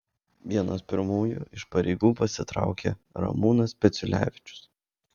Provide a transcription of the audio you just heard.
vienas pirmųjų iš pareigų pasitraukė ramūnas peciulevičius